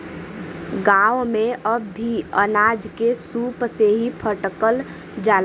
गांव में अब भी अनाज के सूप से ही फटकल जाला